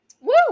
Woo